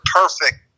perfect